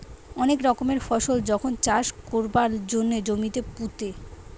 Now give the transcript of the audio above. অনেক রকমের ফসল যখন চাষ কোরবার জন্যে জমিতে পুঁতে